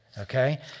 Okay